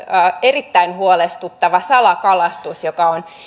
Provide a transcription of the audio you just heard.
erittäin huolestuttava salakalastus joka on